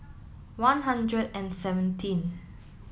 one hundred and seventeen